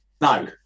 No